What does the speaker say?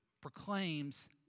proclaims